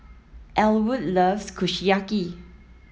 Elwood loves Kushiyaki